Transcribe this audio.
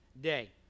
day